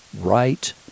right